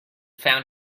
found